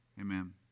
amen